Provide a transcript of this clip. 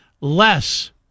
less